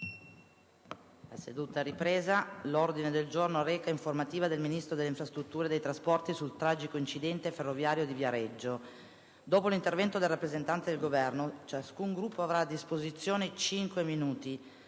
una nuova finestra"). L'ordine del giorno reca: «Informativa del Ministro delle infrastrutture e dei trasporti sul tragico incidente di Viareggio». Dopo l'intervento del rappresentante del Governo, ciascun Gruppo avrà a disposizione cinque minuti.